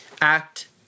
act